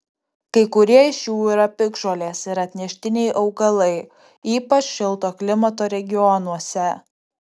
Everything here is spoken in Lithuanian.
kai kurie iš jų yra piktžolės ir atneštiniai augalai ypač šilto klimato regionuose